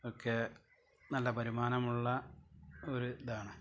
ഒക്കെ നല്ല വരുമാനമുള്ള ഒരു ഇതാണ്